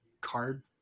card